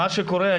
מה שקורה,